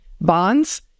bonds